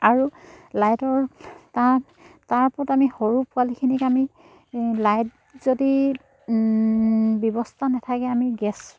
আৰু লাইটৰ তাৰ তাৰ ওপৰত আমি সৰু পোৱালীখিনিক আমি লাইট যদি ব্যৱস্থা নাথাকে আমি গেছ